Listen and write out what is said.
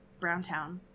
Browntown